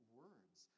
words